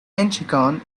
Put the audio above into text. incheon